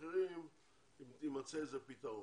אני מאמין שגם לגבי עובדים אחרים ימצא איזה פתרון.